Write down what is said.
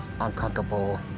uncomfortable